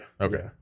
okay